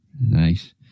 Nice